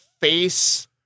face